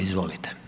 Izvolite.